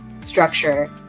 structure